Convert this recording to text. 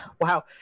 Wow